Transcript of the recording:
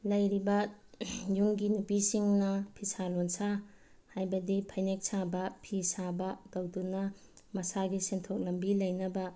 ꯂꯩꯔꯤꯕ ꯌꯨꯝꯒꯤ ꯅꯨꯄꯤꯁꯤꯡꯅ ꯐꯤꯁꯥ ꯂꯣꯟꯁꯥ ꯍꯥꯏꯕꯗꯤ ꯐꯅꯦꯛ ꯁꯥꯕ ꯐꯤ ꯁꯥꯕ ꯇꯧꯗꯨꯅ ꯃꯁꯥꯒꯤ ꯁꯦꯟꯊꯣꯛ ꯂꯝꯕꯤ ꯂꯩꯅꯕ